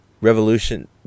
revolution